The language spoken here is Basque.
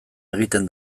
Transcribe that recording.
egiten